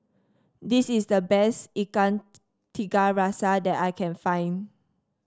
this is the best Ikan Tiga Rasa that I can find